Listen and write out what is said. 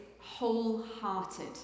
wholehearted